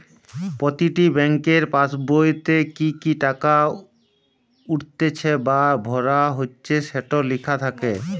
প্রতিটি বেংকের পাসবোইতে কি কি টাকা উঠতিছে বা ভরা হচ্ছে সেটো লেখা থাকে